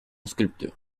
sculpture